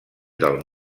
del